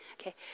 okay